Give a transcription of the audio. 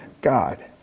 God